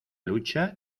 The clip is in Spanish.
lucha